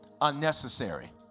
unnecessary